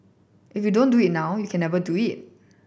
if you don't do it now you can never do it